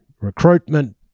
recruitment